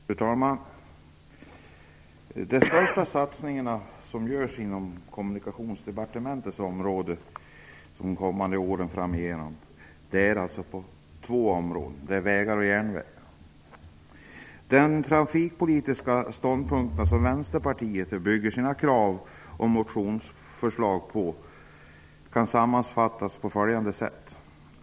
Fru talman! De största satsningarna inom Kommunikationsdepartementets område under de kommande åren gäller två områden: vägar och järnvägar. De trafikpolitiska ståndpunkter som Vänsterpartiet bygger sina krav och motionsförslag på kan sammanfattas på följande sätt.